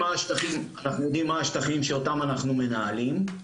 אנחנו יודעים מה השטחים שאותם אנחנו מנהלים.